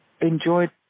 Enjoyed